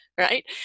Right